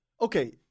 okay